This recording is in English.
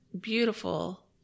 beautiful